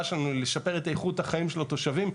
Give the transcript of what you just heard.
שלנו היא לשפר את איכות החיים של התושבים,